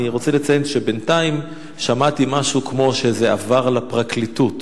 אני רוצה לציין שבינתיים שמעתי משהו כמו: זה עבר לפרקליטות.